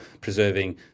preserving